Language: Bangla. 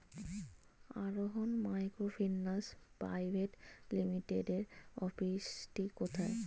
আরোহন মাইক্রোফিন্যান্স প্রাইভেট লিমিটেডের অফিসটি কোথায়?